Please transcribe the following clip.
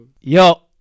Yo